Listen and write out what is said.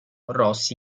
rossi